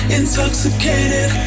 intoxicated